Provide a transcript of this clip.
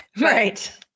Right